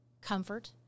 comfort